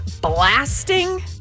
blasting